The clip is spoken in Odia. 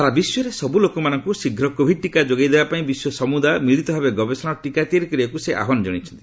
ସାରା ବିଶ୍ୱରେ ସବୁ ଲୋକମାନଙ୍କୁ ଶୀଘ୍ର କୋଭିଡ ଟିକା ଯୋଗାଇ ଦେବାପାଇଁ ବିଶ୍ୱ ସମୁଦାୟ ମିଳିତଭାବେ ଗବେଷଣା ଓ ଟିକା ତିଆରି କରିବାକୁ ସେ ଆହ୍ବାନ ଜଣାଇଛନ୍ତି